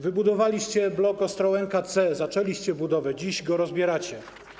Wybudowaliście blok Ostrołęka C, zaczęliście jego budowę, dziś go rozbieracie.